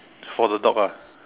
for the dog ah